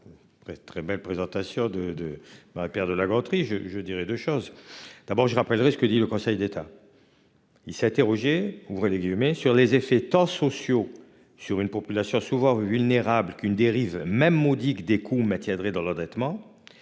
très belle présentation de de Marie-. Pierre de La Gontrie. Je je dirai 2 choses, d'abord je rappellerai ce que dit le Conseil d'État. Il s'est interrogé, ouvrez les guillemets sur les effets tant sociaux sur une population souvent vulnérables qu'une dérive même modique des coûts maintiendrait dans l'endettement.